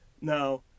Now